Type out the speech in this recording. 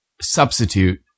substitute